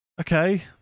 Okay